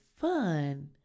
fun